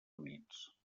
units